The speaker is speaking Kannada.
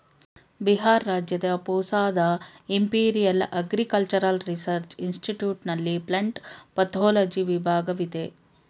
ಬಿಹಾರ್ ರಾಜ್ಯದ ಪೂಸಾದ ಇಂಪಿರಿಯಲ್ ಅಗ್ರಿಕಲ್ಚರಲ್ ರಿಸರ್ಚ್ ಇನ್ಸ್ಟಿಟ್ಯೂಟ್ ನಲ್ಲಿ ಪ್ಲಂಟ್ ಪತೋಲಜಿ ವಿಭಾಗವಿದೆ